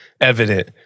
evident